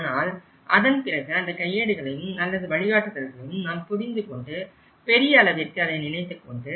ஆனால் அதன் பிறகு அந்த கையேடுகளையும் அல்லது வழிகாட்டுதல்களையும் நாம் பெரிய அளவிற்கு அதை புரிந்துகொள்ள வேண்டும்